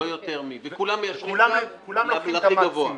ייגבה יותר מ- - -וכוללם מתיישרים על הכי גבוה.